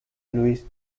louis